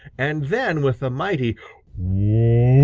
and then with a mighty woof!